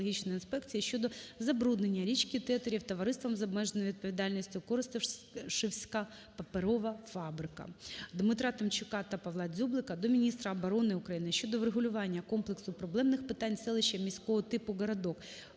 Дмитра Тимчука та Павла Дзюблика до міністра оборони України щодо врегулювання комплексу проблемних питань селища міського типу Городок